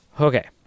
Okay